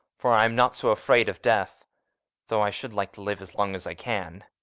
for i'm not so afraid of death though i should like to live as long as i can.